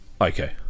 okay